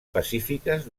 pacífiques